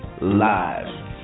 live